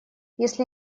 если